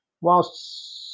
whilst